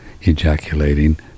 ejaculating